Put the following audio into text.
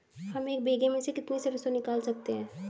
हम एक बीघे में से कितनी सरसों निकाल सकते हैं?